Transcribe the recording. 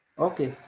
okay,